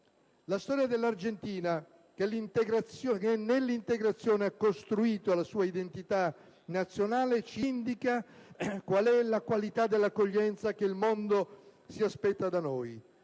La storia dell'Argentina, che nell'integrazione ha costruito la sua identità nazionale, ci indica qual è la qualità dell'accoglienza che il mondo si aspetta da noi.